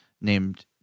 named